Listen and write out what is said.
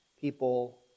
people